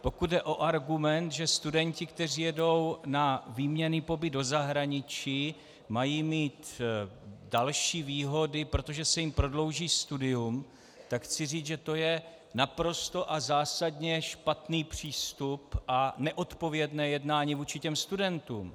Pokud jde o argument, že studenti, kteří jedou na výměnný pobyt do zahraničí, mají mít další výhody, protože se jim prodlouží studium, tak chci říct, že to je naprosto a zásadně špatný přístup a neodpovědné jednání vůči těm studentům.